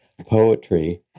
poetry